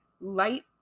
light